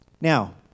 Now